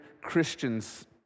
Christians